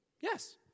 Yes